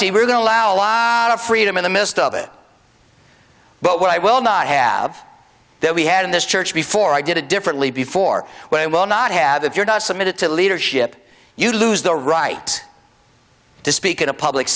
to allow a law of freedom in the midst of it but what i will not have that we had in this church before i did it differently before when will not have if you're not submitted to leadership you lose the right to speak in a public